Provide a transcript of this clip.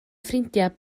ffrindiau